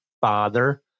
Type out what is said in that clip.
Father